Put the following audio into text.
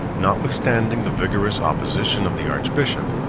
notwithstanding the vigorous opposition of the archbishop,